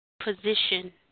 position